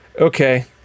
Okay